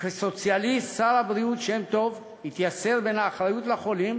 כסוציאליסט שר הבריאות שם-טוב התייסר בין האחריות לחולים